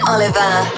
Oliver